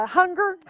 hunger